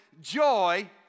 joy